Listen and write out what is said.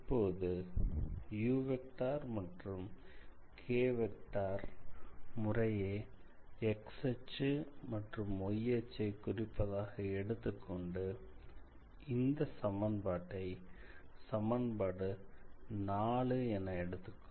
இப்போது மற்றும் முறையே x அச்சு மற்றும் y அச்சை குறிப்பதாக எடுத்துக் கொண்டு இந்த சமன்பாட்டை சமன்பாடு 4 எனக் கொள்வோம்